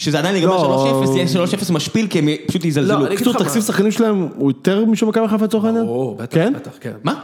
שזה עדיין נגמר שלוש אפס, שלוש אפס משפיל כי הם פשוט ייזלזלו. תקציב השחקנים שלהם הוא יותר משל מכבי חיפה לצורך העניין? או, בטח, בטח, כן. מה?